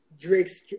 Drake's